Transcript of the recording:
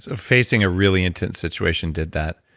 ah facing a really intense situation did that?